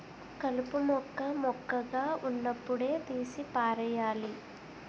కలుపు మొక్క మొక్కగా వున్నప్పుడే తీసి పారెయ్యాలి